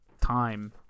time